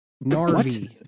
Narvi